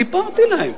סיפרתי להם,